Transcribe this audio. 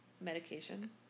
Medication